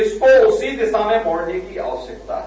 इसको उसी दिशा में मोड़ने की आवश्यकता है